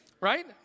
Right